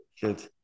Good